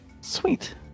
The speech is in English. Sweet